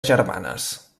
germanes